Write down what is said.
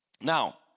Now